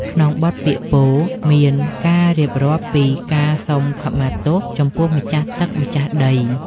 ក្នុងបទពាក្យពោល មានការរៀបរាប់ពីការសុំខមាទោសចំពោះម្ចាស់ទឹកម្ចាស់ដី។